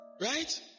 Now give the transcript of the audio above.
Right